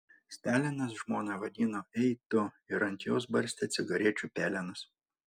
stalinas žmoną vadino ei tu ir ant jos barstė cigarečių pelenus